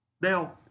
Now